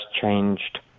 changed